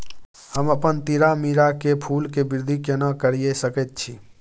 हम अपन तीरामीरा के फूल के वृद्धि केना करिये सकेत छी?